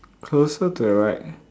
closer to the right